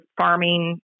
farming